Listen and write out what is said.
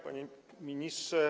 Panie Ministrze!